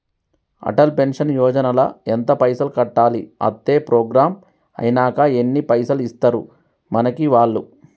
Atal pension Yojana ల ఎంత పైసల్ కట్టాలి? అత్తే ప్రోగ్రాం ఐనాక ఎన్ని పైసల్ ఇస్తరు మనకి వాళ్లు?